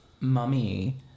mummy